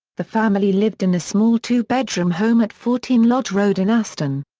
the family lived in a small two-bedroom home at fourteen lodge road in aston.